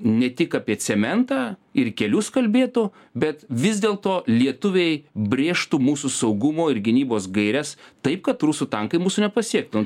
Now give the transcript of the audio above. ne tik apie cementą ir kelius kalbėtų bet vis dėlto lietuviai brėžtų mūsų saugumo ir gynybos gaires taip kad rusų tankai mūsų nepasiektų